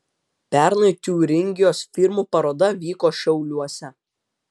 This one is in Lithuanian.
pernai tiuringijos firmų paroda vyko šiauliuose